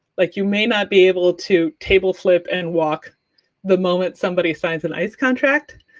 like you may not be able to table-flip and walk the moment somebody signs an ice contract,